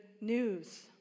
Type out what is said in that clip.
news